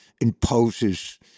imposes